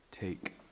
Take